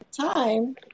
time